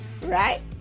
Right